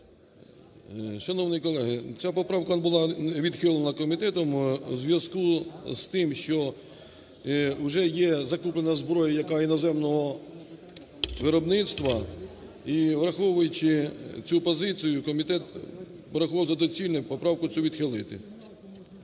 Шановні колеги, ця поправка була відхилена комітетом у зв'язку з тим, що вже є закуплена зброя, яка іноземного виробництва. І, враховуючи цю позицію, комітет врахував за доцільне поправку цю відхилити.